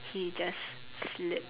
he just slipped